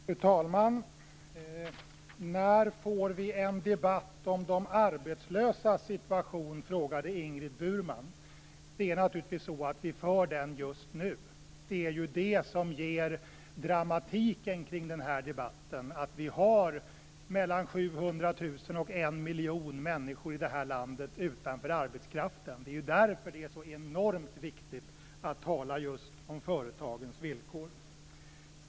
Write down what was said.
Fru talman! När får vi en debatt om de arbetslösas situation? frågade Ingrid Burman. Vi för naturligtvis den debatten just nu. Det som ger dramatiken kring den här debatten är ju att mellan 700 000 och 1 miljon människor i det här landet står utanför arbetskraften. Det är därför som det är så enormt viktigt att tala just om företagens villkor.